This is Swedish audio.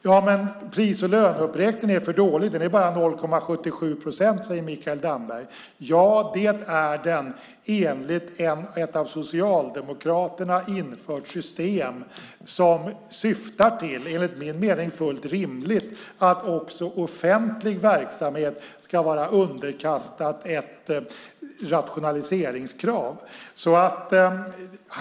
Ja, men pris och löneuppräkningen är för dålig; den är bara 0,77 procent, säger Mikael Damberg. Ja, det är den enligt ett av Socialdemokraterna infört system som, enligt min mening fullt rimligt, syftar till att också offentlig verksamhet ska vara underkastad ett rationaliseringskrav.